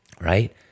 right